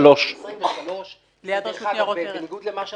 התאגיד הוא בכנפי נשרים 23. בניגוד למה שאמרת,